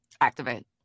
Activate